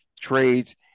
trades